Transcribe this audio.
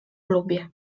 lubię